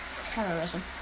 terrorism